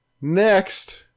Next